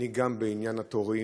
אני גם בעניין התורים.